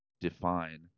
define